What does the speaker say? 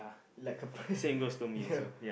like a p~ ya